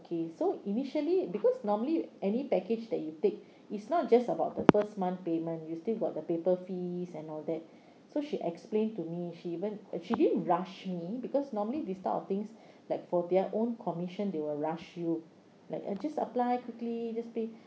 okay so initially because normally any package that you take it's not just about the first month payment you still got the paper fees and all that so she explained to me she even uh she didn't rush me because normally this type of things like for their own commission they will rush you like uh just apply quickly just pay